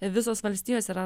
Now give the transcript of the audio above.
visos valstijos yra